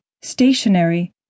stationary